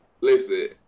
listen